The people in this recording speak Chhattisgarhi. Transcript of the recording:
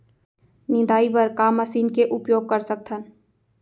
निंदाई बर का मशीन के उपयोग कर सकथन?